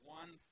one